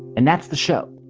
and that's the show.